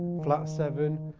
flat seven,